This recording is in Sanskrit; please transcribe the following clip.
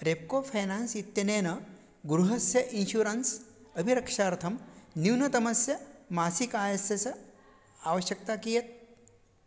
रेप्को फ़ैनान्स् इत्यनेन गृहस्य इन्शुरन्स् अभिरक्षार्थं न्यूनतमस्य मासिकायस्य च आवश्यकता कियत्